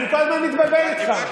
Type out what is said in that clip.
אני כל הזמן מתבלבל איתך.